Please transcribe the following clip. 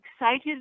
excited